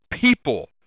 people